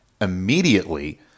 Immediately